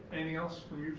anything else from